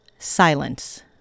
Silence